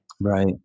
right